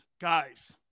Guys